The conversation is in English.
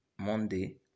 monday